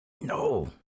No